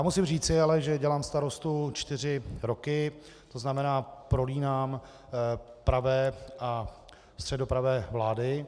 Musím ale říci, že dělám starostu čtyři roky, to znamená prolínám pravé a středopravé vlády.